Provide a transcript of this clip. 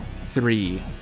three